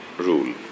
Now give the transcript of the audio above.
rule